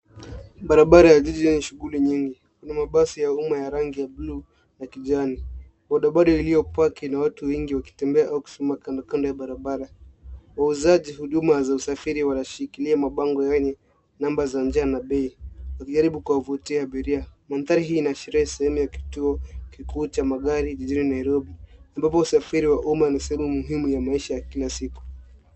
Barabara ya jiji yenye shughuli nyingi. Kuna mabasi ya umma ya rangi ya bluu na kijani. Bodaboda iliyopaki na watu wengi wakitembea au kusimama kandokando ya barabara. Wauzaji huduma za usafiri wanashikilia mabango yenye namba za njia na bei wakijaribu kuwavutia abiria. Mandhari hii inaashiria sehemu ya kituo kikuu cha magari jijini Nairobi, ambapo usafiri wa umma ni sehemu muhimu ya maisha ya kila siku.